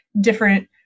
different